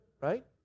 right